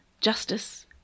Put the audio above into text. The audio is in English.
justice